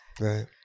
Right